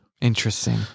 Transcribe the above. Interesting